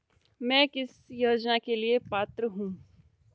मैं किस योजना के लिए पात्र हूँ?